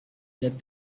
said